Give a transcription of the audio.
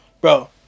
Bro